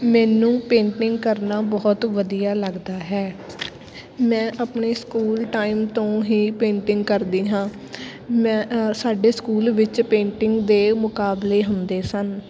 ਮੈਨੂੰ ਪੇਂਟਿੰਗ ਕਰਨਾ ਬਹੁਤ ਵਧੀਆ ਲੱਗਦਾ ਹੈ ਮੈਂ ਆਪਣੇ ਸਕੂਲ ਟਾਈਮ ਤੋਂ ਹੀ ਪੇਂਟਿੰਗ ਕਰਦੀ ਹਾਂ ਮੈਂ ਅ ਸਾਡੇ ਸਕੂਲ ਵਿੱਚ ਪੇਂਟਿੰਗ ਦੇ ਮੁਕਾਬਲੇ ਹੁੰਦੇ ਸਨ